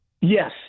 Yes